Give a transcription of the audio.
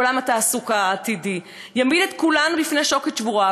עולם התעסוקה העתידי יעמיד את כולנו בפני שוקת שבורה.